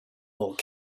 old